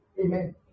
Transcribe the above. Amen